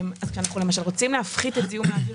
כאשר אנחנו רוצים להפחית את זיהום האוויר